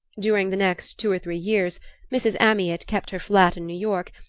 during the next two or three years mrs. amyot kept her flat in new york,